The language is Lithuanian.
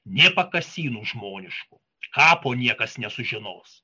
nė pakasynų žmoniškų kapo niekas nesužinos